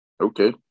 Okay